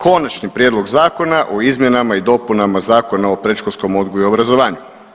Konačni prijedlog Zakona o izmjenama i dopunama Zakona o predškolskom odgoju i obrazovanju.